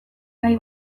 gai